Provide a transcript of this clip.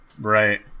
Right